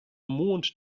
mond